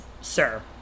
sir